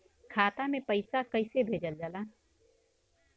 खाता में पैसा कैसे भेजल जाला?